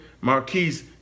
Marquise